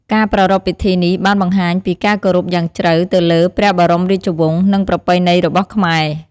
ការប្រារព្ធពីធិនេះបានបង្ហាញពីការគោរពយ៉ាងជ្រៅទៅលើព្រះបរមរាជវង្ស និងប្រពៃណីរបស់ខ្មែរ។